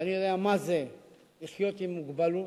ואני יודע מה זה לחיות עם מוגבלות,